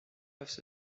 peuvent